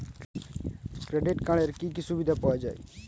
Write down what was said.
Credit কার্ডের কি কি সুবিধা পাওয়া যায়?